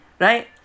right